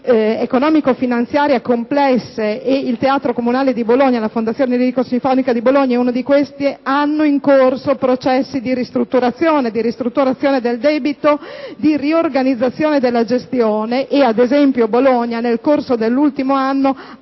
economico-finanziarie complesse - ed il Teatro comunale e la Fondazione lirico-sinfonica di Bologna sono tra queste - hanno in corso processi di ristrutturazione del debito e di riorganizzazione della gestione; ad esempio, a Bologna, nel corso dell'ultimo anno ha